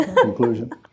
conclusion